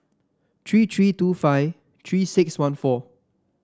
three three two five Three six one four